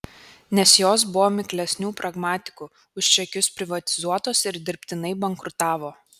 nes jos buvo miklesnių pragmatikų už čekius privatizuotos ir dirbtinai bankrutavo